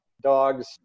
dogs